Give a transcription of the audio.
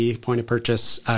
point-of-purchase